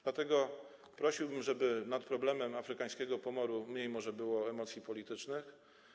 Dlatego prosiłbym, żeby nad problemem afrykańskiego pomoru mniej może było emocji politycznych.